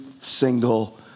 single